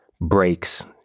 breaks